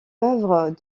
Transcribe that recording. œuvre